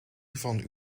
van